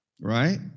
right